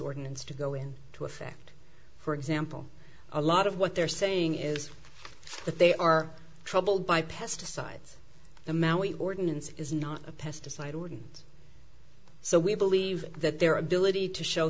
ordinance to go in to effect for example a lot of what they're saying is that they are troubled by pesticides the maui ordinance is not a pesticide wouldn't so we believe that their ability to show